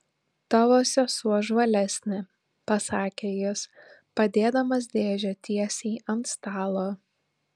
tavo sesuo žvalesnė pasakė jis padėdamas dėžę tiesiai ant stalo